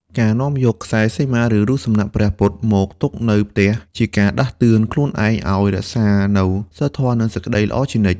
ការនាំយកខ្សែសីមា ឬរូបសំណាកព្រះពុទ្ធមកទុកនៅផ្ទះ ជាការដាស់តឿនខ្លួនឯងឱ្យរក្សានូវសីលធម៌ និងសេចក្តីល្អជានិច្ច